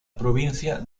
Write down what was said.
provincia